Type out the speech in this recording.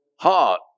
heart